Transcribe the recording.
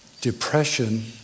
Depression